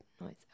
noise